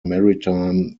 maritime